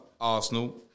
Arsenal